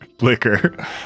liquor